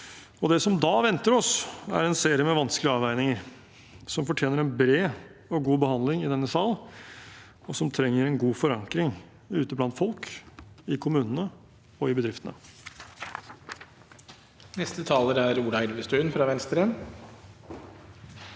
Det som da venter oss, er en serie med vanskelige avveininger som fortjener en bred og god behandling i denne sal, og som trenger en god forankring ute blant folk, i kommunene og i bedriftene.